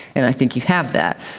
and i think you have that.